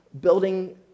building